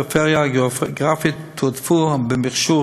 הפריפריות הגיאוגרפיות תועדפו במכשור